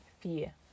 fear